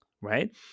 right